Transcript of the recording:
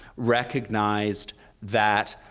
recognized that